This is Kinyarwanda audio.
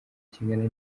kingana